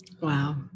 Wow